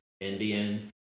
Indian